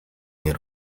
nie